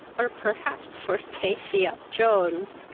or perhaps for tafy ap jones,